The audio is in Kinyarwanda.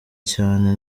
cyane